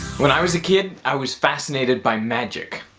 when i was a kid, i was fascinated by magic,